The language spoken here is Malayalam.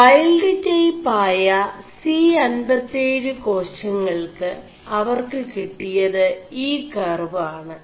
ൈവൽഡ് ൈടç് ആയ C57 േകാശÆൾ ് അവർ ് കിƒിയത് ഈ കർവ് ആണ്